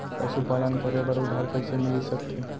पशुपालन करे बर उधार कइसे मिलिस सकथे?